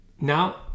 now